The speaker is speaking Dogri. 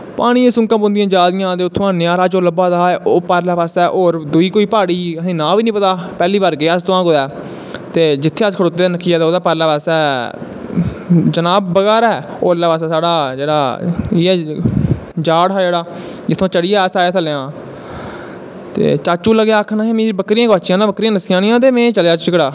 पानियें दियां सूकां पौंदियां जा दियां हां उत्थां दा नजारा जो लब्भा दा हा पारलै पास्सै होर कोई दुई प्हाड़ी ही असेंगी नांऽ बी नी पता पैह्ली बारी हे अस गे कुदै ते जित्थें अस खड़ोते दे हे नक्किया ते परलै पास्सै चनाब बगा'रै ते उरलै पास्सै साढ़ा इयै जाड़ हा जेह्ड़ा जित्थमां दा इस चढ़ियै आए हे थल्लेआ दा ते चाचू आक्खन लगेआ मेरियां बकरियां गोआची जानियां नस्सी जानियां ते में चलेई झिगड़ा